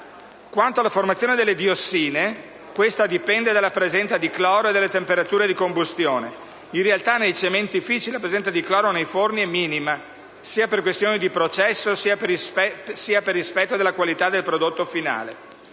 Quanto alla formazione delle diossine, questa dipende dalla presenza di cloro e delle temperature di combustione; in realtà nei cementifici la presenza di cloro nei forni è minima, sia per questioni di processo sia per rispetto della qualità del prodotto finale.